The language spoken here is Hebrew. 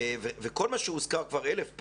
וכל מה שהוזכר כבר 1,000 פעמים,